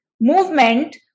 movement